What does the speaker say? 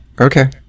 Okay